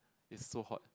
it's so hot